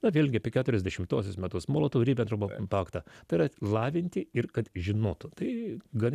na vėlgi apie keturiasdešimtuosius metus molotovo ribentropo paktą tai yra lavinti ir kad žinotų tai gan